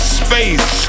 space